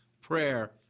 prayer